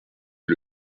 est